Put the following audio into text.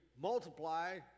multiply